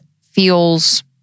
feels